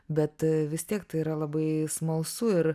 bet vis tiek tai yra labai smalsu ir